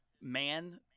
man